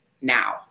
now